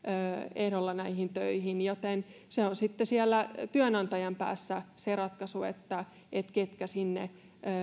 ehdolla näihin töihin joten se on sitten siellä työnantajan päässä se ratkaisu ketkä sinne